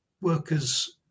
workers